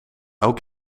elk